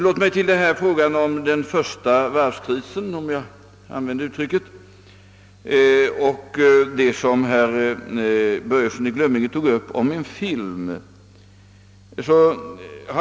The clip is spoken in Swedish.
Låt mig emellertid säga några ord om »den första varvskrisen» och den film som herr Börjesson i Glömminge talade om.